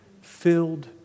filled